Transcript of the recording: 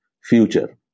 future